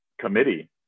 committee